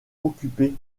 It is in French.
occuper